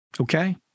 okay